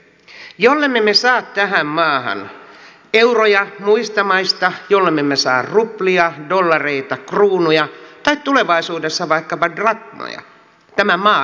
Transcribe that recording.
jollemme me saa tähän maahan euroja muista maista jollemme me saa ruplia dollareita kruunuja tai tulevaisuudessa vaikkapa drakmoja tämä maa ei nouse